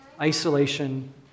isolation